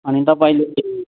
अनि तपाईँले